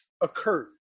occurred